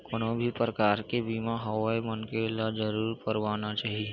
कोनो भी परकार के बीमा होवय मनखे ल जरुर करवाना चाही